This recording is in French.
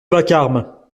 vacarme